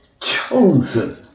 chosen